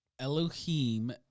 Elohim